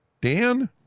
Dan